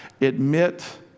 Admit